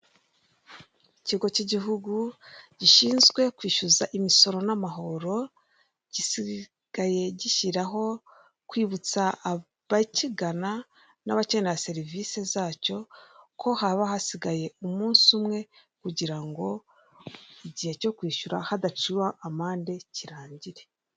Ikigo cy'igihugu gishinzwe kwishyuza imisoro n'amahoro, gisigaye gishyiraho kwibutsa abakigana n'abakenera serivisi zacyo ko haba hasigaye umunsi umwe kugira ngo igihe cyo kwishyura hadaciwe amande kirangire,